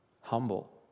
humble